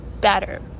better